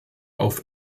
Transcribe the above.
auf